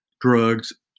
drugs